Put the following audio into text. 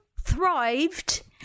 thrived